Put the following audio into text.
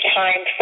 time